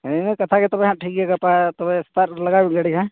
ᱱᱤᱭᱟᱹ ᱠᱟᱛᱷᱟᱜᱮ ᱛᱚᱵᱮᱱᱟᱜ ᱴᱷᱤᱠ ᱜᱮᱭᱟ ᱜᱟᱯᱟ ᱛᱚᱵᱮ ᱥᱮᱛᱟᱜᱨᱮ ᱞᱟᱜᱟᱣᱢᱮ ᱜᱟᱹᱰᱤ ᱦᱮᱸ